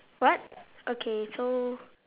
what okay so